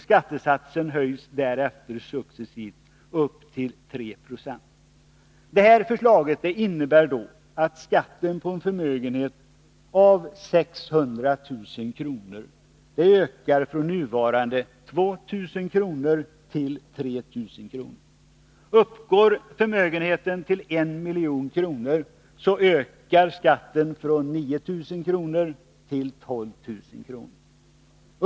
Skattesatsen höjs därefter successivt upp till 3 90. Detta förslag innebär att skatten på en förmögenhet av 600 000 kr. ökar från nuvarande 2 000 kr. till 3 000 kr. Uppgår förmögenheten till 1 milj.kr. ökar skatten från 9 000 till 12 000 kr.